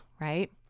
right